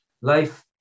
life